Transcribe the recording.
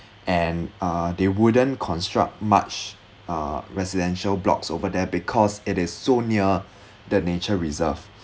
and uh they wouldn't construct much uh residential blocks over there because it is so near the nature reserve